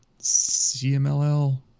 CMLL